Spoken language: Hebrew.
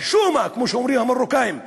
"חשומה", כמו שאומרים המרוקנים.